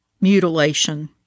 mutilation